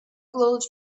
glowed